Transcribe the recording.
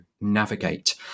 navigate